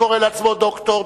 קורא לעצמו דוקטור,